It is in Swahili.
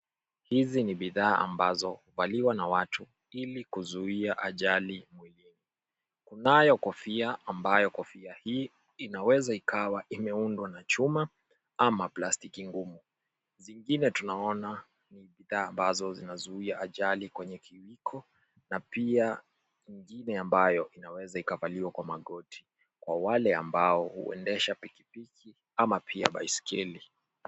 Hizi ni bidhaa ambazo huvaliwa na watu ili kuzuia ajali mwilini. Kunayo kofia ambayo kofia hii inaweza ikawa imeundwa na chuma ama plastiki ngumu. Zingine tunaona ni bidhaa ambazo zinazuia ajali kwenye kiwiko pia ingine ambayo inaweza ikavaliwa kwa magoti kwa wale ambao huendesha pikipiki ama pia baiskeli.